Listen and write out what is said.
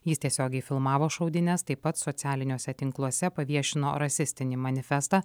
jis tiesiogiai filmavo šaudynes taip pat socialiniuose tinkluose paviešino rasistinį manifestą